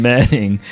Manning